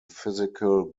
physical